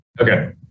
Okay